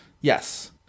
Yes